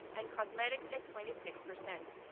and cosmetics at twenty six percent.